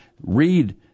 read